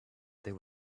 there